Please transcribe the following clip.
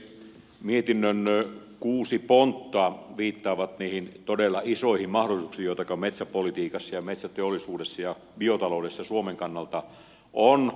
mietinnön kuusi pontta viittaavat niihin todella isoihin mahdollisuuksiin joita metsäpolitiikassa ja metsäteollisuudessa ja biotaloudessa suomen kannalta on